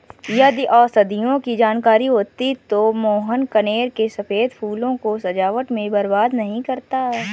यदि औषधियों की जानकारी होती तो मोहन कनेर के सफेद फूलों को सजावट में बर्बाद नहीं करता